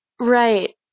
Right